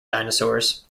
dinosaurs